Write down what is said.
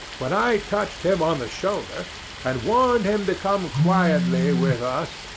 when i touched him on the shoulder and warned him to come quietly with us,